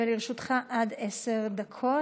בבקשה, לרשותך עד עשר דקות.